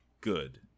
good